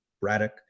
Braddock